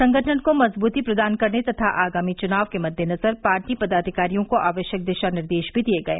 संगठन को मजबूती प्रदान करने तथा आगामी चुनावों के मद्देनजर पार्टी पदाधिकारियों को आवश्यक दिशा निर्देश भी दिये